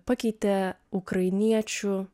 pakeitė ukrainiečių